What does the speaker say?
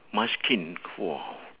munchkin !wah!